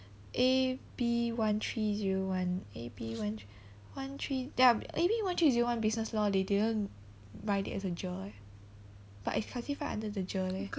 A_B one three zero one A_B one three one three ya A_B one three zero one business law they didn't write it as a GER leh but if classified under the GER leh